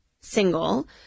single